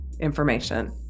information